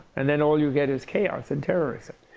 and then all you get is chaos and terrorism.